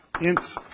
int